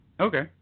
Okay